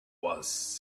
was